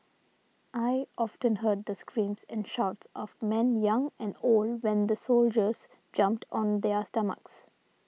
I often heard the screams and shouts of men young and old when the soldiers jumped on their stomachs